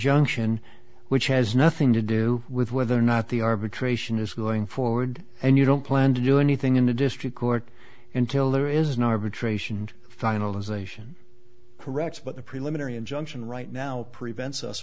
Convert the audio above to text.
injunction which has nothing to do with whether or not the arbitration is going forward and you don't plan to do anything in the district court until there is an arbitration and finalization correct but the preliminary injunction right now prevents us